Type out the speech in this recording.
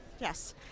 Yes